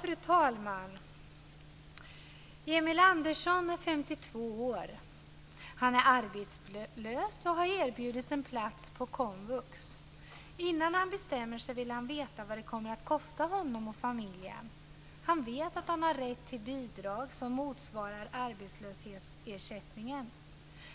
Fru talman! Emil Andersson är 52 år. Han är arbetslös och har erbjudits en plats på komvux. Innan han bestämmer sig vill han veta vad det kommer att kosta honom och familjen. Han vet att han har rätt till ett bidrag som motsvarar arbetslöshetsersättningen.